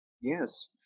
Yes